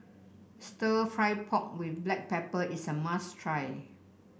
Stir Fried Pork with Black Pepper is a must try